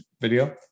video